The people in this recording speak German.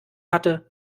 hatte